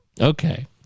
Okay